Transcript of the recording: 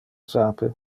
sape